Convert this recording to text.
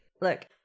look